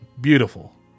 beautiful